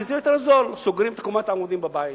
כי זה יותר זול, סוגרים את קומת העמודים בבית,